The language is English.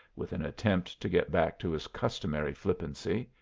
with an attempt to get back to his customary flippancy.